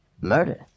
Murder